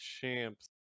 champs